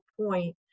point